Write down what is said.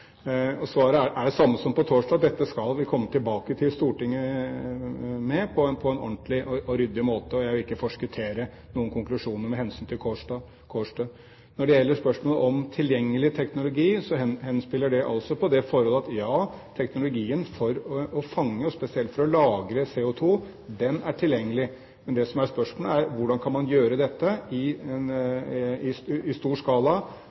dag. Svaret er det samme som på torsdag: Dette skal vi komme tilbake til Stortinget med på en ordentlig og ryddig måte, og jeg vil ikke forskuttere noen konklusjoner med hensyn til Kårstø. Så til spørsmålet om tilgjengelig teknologi. Det henspiller på det forhold at ja, teknologien for å fange og spesielt for å lagre CO2 er tilgjengelig. Men det som er spørsmålet, er: Hvordan kan man gjøre dette i stor skala